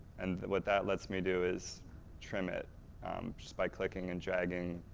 and what that lets me do is trim it just by clicking and dragging.